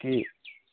কি